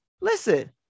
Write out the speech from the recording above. Listen